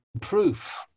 proof